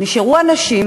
נשארו אנשים